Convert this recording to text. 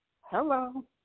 Hello